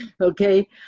okay